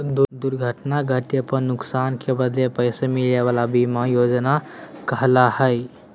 दुर्घटना घटे पर नुकसान के बदले पैसा मिले वला बीमा योजना कहला हइ